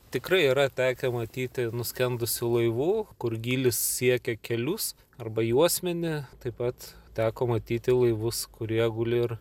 tikrai yra teke matyti nuskendusių laivų kur gylis siekia kelius arba juosmenį taip pat teko matyti laivus kurie guli ir